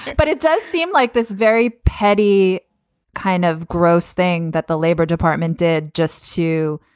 but it does seem like this very petty kind of gross thing that the labor department did just to.